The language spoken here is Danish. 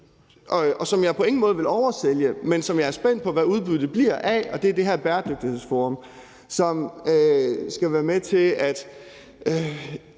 og som jeg på ingen måde vil oversælge, men som jeg er spændt på hvad udbyttet bliver af, og det er det her bæredygtighedsforum, som skal være med til at